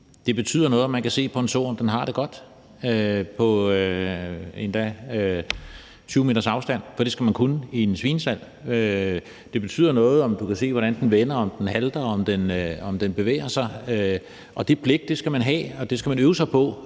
Det betyder noget, om man kan se på en so, om den har det godt, endda på 20 meters afstand, for det skal man kunne i en svinestald. Det betyder noget, om du kan se, hvordan den vender, om den halter, om den bevæger sig. Det blik skal man have for det, og det skal man øve sig på,